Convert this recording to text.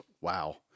wow